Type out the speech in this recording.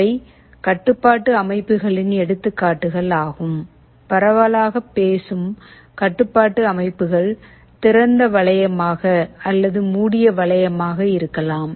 இவை கட்டுப்பாட்டு அமைப்புகளின் எடுத்துக்காட்டுகள் ஆகும் பரவலாக பேசும் கட்டுப்பாட்டு அமைப்புகள் திறந்த வளையமாக அல்லது மூடிய வளையமாக இருக்கலாம்